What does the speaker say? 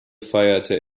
feierte